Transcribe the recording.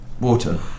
water